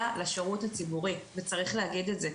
לשירות הציבורי וצריך להגיד את זה.